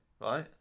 right